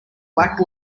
black